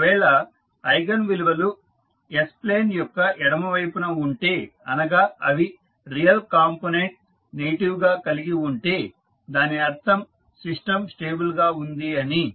ఒకవేళ ఐగన్ విలువలు s plane యొక్క ఎడమ వైపున ఉంటే అనగా అవి రియల్ కాంపొనెంట్ నెగిటివ్ గా కలిగి ఉంటే దాని అర్థం సిస్టం స్టేబుల్ గా ఉంది అని